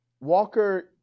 Walker